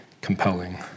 compelling